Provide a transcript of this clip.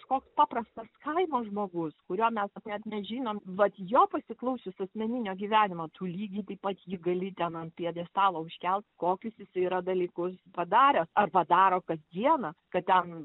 koks paprastas kaimo žmogus kurio mes net nežinom vat jo pasiklausius asmeninio gyvenimo tu lygiai taip pat ji gali ten ant pjedestalo užkelt kokius jisai yra dalykus padaręs ar padaro kasdieną kad ten